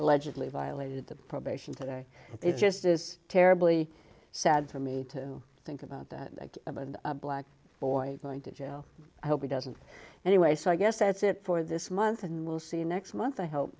allegedly violated the probation today it just is terribly sad for me to think about that a black boy going to jail i hope he doesn't anyway so i guess that's it for this month and we'll see you next month i h